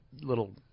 little